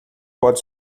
pode